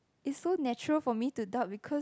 it so natural for me to doubt because